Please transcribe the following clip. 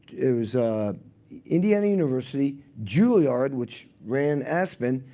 it was indiana university, juilliard, which ran aspen,